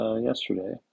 yesterday